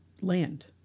land